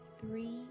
three